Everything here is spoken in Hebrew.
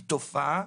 היא תופעה,